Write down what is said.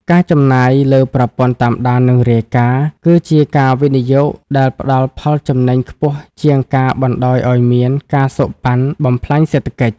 ការចំណាយលើប្រព័ន្ធ "តាមដាន និងរាយការណ៍" គឺជាការវិនិយោគដែលផ្ដល់ផលចំណេញខ្ពស់ជាងការបណ្ដោយឱ្យមាន ការសូកប៉ាន់ បំផ្លាញសេដ្ឋកិច្ច។